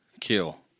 kill